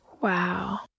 Wow